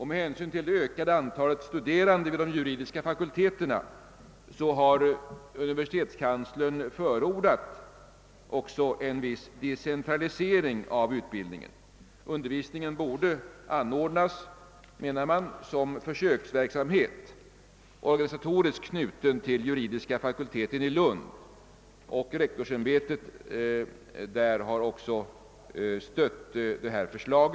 Med hänsyn till det ökade antalet studerande vid de juridiska fakulteterna har universitetskanslersämbetet förordat också en viss decentralisering av utbildningen; undervisningen borde anordnas, menar man, som försöksverksamhet, organisatoriskt knuten till juridiska fakulteten i Lund, och rektorsämbetet där har också stött detta förslag.